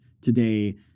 today